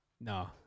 no